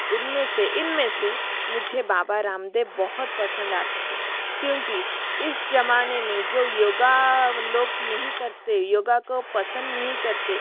उनमें से इनमें से मुझे बाबा रामदेव बहुत पसंद आते है क्योंकि इस जमाने में जो योगा लोग नहीं करते योगा को पसंद नहीं करते